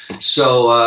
so